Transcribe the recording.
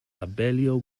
abellio